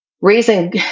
raising